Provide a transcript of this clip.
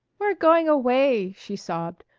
we're going away, she sobbed.